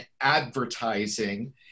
advertising